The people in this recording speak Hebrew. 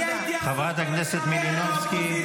חברת הכנסת מלינובסקי,